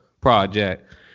project